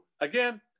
again